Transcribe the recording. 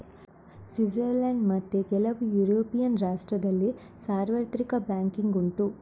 Switzerland ಮತ್ತೆ ಕೆಲವು European ರಾಷ್ಟ್ರದಲ್ಲಿ ಸಾರ್ವತ್ರಿಕ ಬ್ಯಾಂಕಿಂಗ್ ಉಂಟು